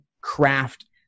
craft